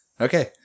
Okay